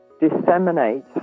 disseminate